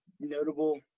notable